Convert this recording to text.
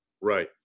Right